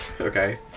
Okay